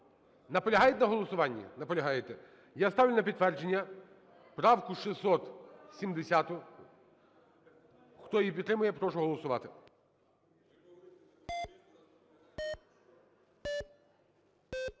Наполягають на голосуванні? Наполягаєте. Я ставлю на підтвердження правку 670-у. Хто її підтримує, прошу голосувати.